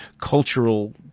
cultural